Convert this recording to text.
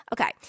okay